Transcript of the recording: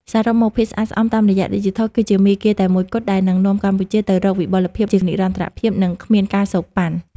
សរុបមក "ភាពស្អាតស្អំតាមរយៈឌីជីថល" គឺជាមាគ៌ាតែមួយគត់ដែលនឹងនាំកម្ពុជាទៅរកវិបុលភាពជានិរន្តរភាព និងគ្មាន ការសូកប៉ាន់។